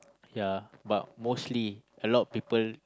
yeah but mostly a lot people